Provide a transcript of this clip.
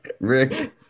Rick